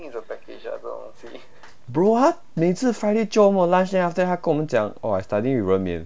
bro 他每次 friday jio 我们 for lunch then 每次跟我们讲 oh I studying with ren min